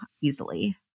easily